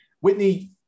Whitney